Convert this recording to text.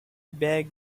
beg